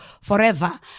forever